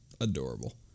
adorable